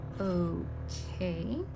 Okay